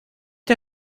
der